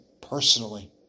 personally